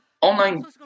online